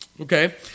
Okay